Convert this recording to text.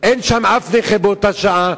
אף נכה שחונה באותה שעה,